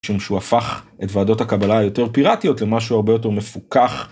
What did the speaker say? משום שהוא הפך את ועדות הקבלה היותר פיראטיות למשהו הרבה יותר מפוקח.